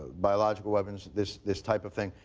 biological weapons. this this type of thing.